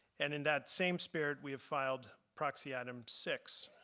and in that same spirit we have filed proxy item six.